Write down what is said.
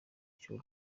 cy’u